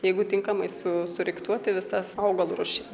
jeigu tinkamai su suriktuoti visas augalo rūšis